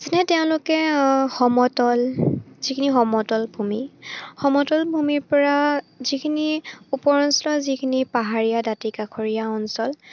যেনে তেওঁলোকে সমতল যিখিনি সমতল ভূমি সমতল ভূমিৰ পৰা যিখিনি ওপৰ অঞ্চলৰ যিখিনি পাহাৰীয়া দাঁতি কাষৰীয়া অঞ্চল